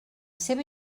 seva